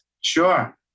Sure